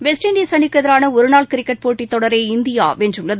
west indies அணிக்கு எதிரான ஒருநாள் கிரிக்கெட் போட்டித் தொடரை இந்தியா வென்றுள்ளது